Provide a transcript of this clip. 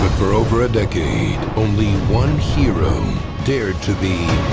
for over a decade, only one hero dared to be